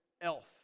Elf